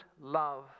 love